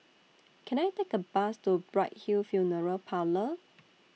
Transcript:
Can I Take A Bus to Bright Hill Funeral Parlour